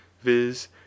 viz